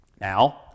Now